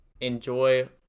enjoy